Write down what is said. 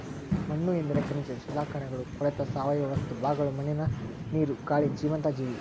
ಮಣ್ಣುಎಂದರೆ ಖನಿಜ ಶಿಲಾಕಣಗಳು ಕೊಳೆತ ಸಾವಯವ ವಸ್ತು ಭಾಗಗಳು ಮಣ್ಣಿನ ನೀರು, ಗಾಳಿ ಜೀವಂತ ಜೀವಿ